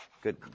good